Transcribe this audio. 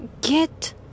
get